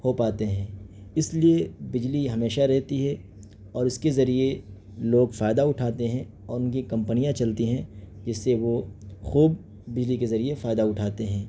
ہو پاتے ہیں اس لیے بجلی ہمیشہ رہتی ہے اور اس کے ذریعے لوگ فائدہ اٹھاتے ہیں اور ان کی کمپنیاں چلتی ہیں جس سے وہ خوب بجلی کے ذریعے فائدہ اٹھاتے ہیں